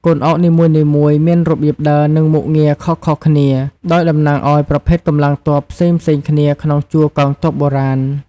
កូនអុកនីមួយៗមានរបៀបដើរ និងមុខងារខុសៗគ្នា ដោយតំណាងឱ្យប្រភេទកម្លាំងទ័ពផ្សេងៗគ្នាក្នុងជួរកងទ័ពបុរាណ។